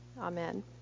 Amen